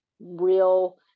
real